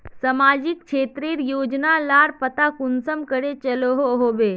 सामाजिक क्षेत्र रेर योजना लार पता कुंसम करे चलो होबे?